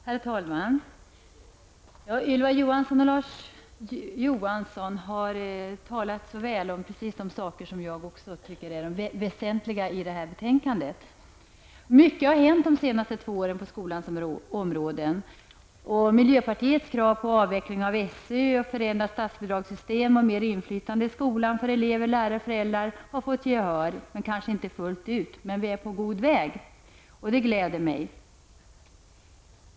Herr talman! Ylva Johansson och Larz Johansson har talat så väl om precis de saker som jag också tycker är väsentliga i det här betänkandet. Det har hänt mycket de två senaste åren på skolans område. Miljöpartiets krav på avveckling av SÖ, förändrat statsbidragssytem, mer inflytande i skolan för elever, lärare och föräldrar m.m. har fått gehör -- kanske inte fullt ut, men vi är på god väg, och det gläder mig.